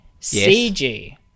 CG